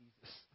Jesus